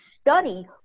study